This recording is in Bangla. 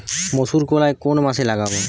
মুসুর কলাই কোন মাসে লাগাব?